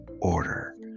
order